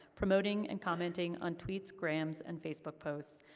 promoting and commenting on tweets, grams, and facebook posts,